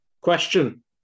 Question